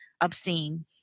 obscene